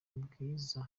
bwiza